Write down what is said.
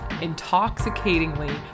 intoxicatingly